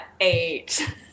eight